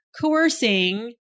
coercing